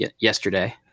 yesterday